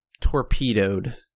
torpedoed